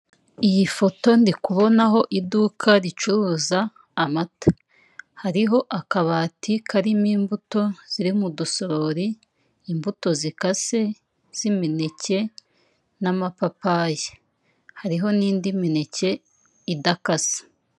Iyi foto ndikubonaho iduka ricuruza amata, hariho akabati karimo imbuto ziri mu dusorori, imbuto zikase z'imineke n'amapapayi. Hariho n'indi mineke idakase.